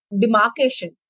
demarcation